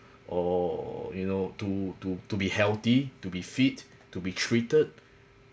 or you know to to to be healthy to be fit to be treated